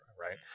Right